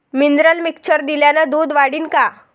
Mineral mixture दिल्यानं दूध वाढीनं का?